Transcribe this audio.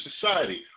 society